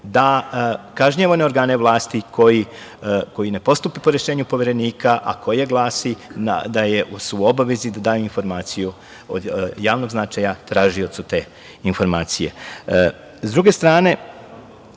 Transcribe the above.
da kažnjava one organe vlasti koji ne postupe po rešenju Poverenika, a koje glasi da su u obavezi da daju informaciju od javnog značaja tražiocu te informacije.S druge strane,